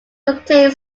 contain